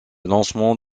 lancement